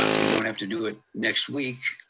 we don't have to do it next week.